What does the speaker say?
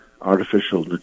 artificial